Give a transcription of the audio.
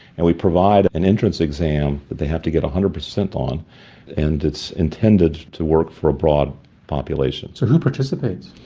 and we provide an entrance exam that they have to get one hundred per cent on and it's intended to work for a broad population. so who participates?